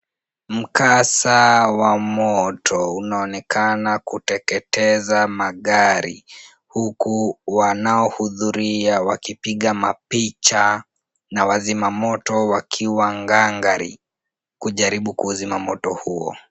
Mkasa wa moto unaonekana kuteketeza magari, huku wanaohudhuria wakipiga mapicha, na wazima moto wakiwa ngangari kujaribu kuuzima moto huo.